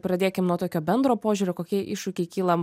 pradėkim nuo tokio bendro požiūrio kokie iššūkiai kyla